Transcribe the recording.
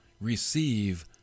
receive